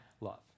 love